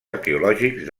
arqueològics